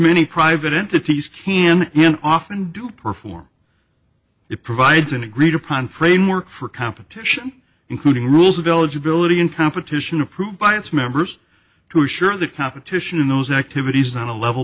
many private entities can and often do perform it provides an agreed upon framework for competition including rules of eligibility in competition approved by its members to assure the competition in those activities on a level